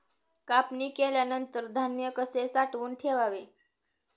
कापणी केल्यानंतर धान्य कसे साठवून ठेवावे?